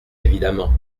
évidemment